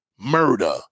Murder